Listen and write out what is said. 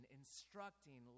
instructing